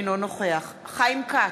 אינו נוכח חיים כץ,